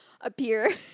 appear